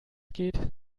geht